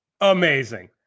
Amazing